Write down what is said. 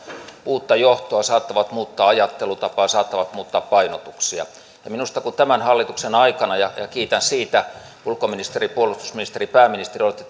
uutta johtoa saattavat muuttaa ajattelutapaa saattavat muuttaa painotuksia kun tämän hallituksen aikana ja kiitän siitä ulkoministeri puolustusministeri pääministeri olette